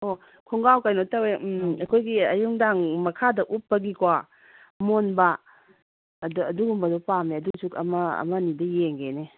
ꯑꯣ ꯈꯣꯡꯒ꯭ꯔꯥꯎ ꯀꯩꯅꯣ ꯇꯧꯋꯦ ꯑꯩꯈꯣꯏꯒꯤ ꯑꯌꯨꯛ ꯅꯨꯡꯗꯥꯡ ꯃꯈꯥꯗ ꯎꯞꯄꯒꯤꯀꯣ ꯑꯃꯣꯟꯕ ꯑꯗ ꯑꯗꯨꯒꯨꯝꯕꯗ ꯄꯥꯝꯃꯦ ꯑꯗꯨꯁꯨ ꯑꯃ ꯑꯃꯅꯤꯗ ꯌꯦꯡꯒꯦꯅꯦ